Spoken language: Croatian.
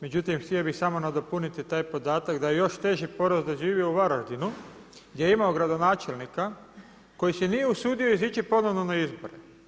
Međutim, htio bih samo nadopuniti taj podatak da je još teži poraz doživio u Varaždinu gdje je imao gradonačelnika koji se nije usudio izići ponovno na izbore.